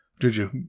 Juju